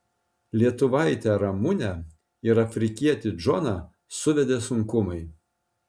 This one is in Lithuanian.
lietuvaitę ramunę ir afrikietį džoną suvedė sunkumai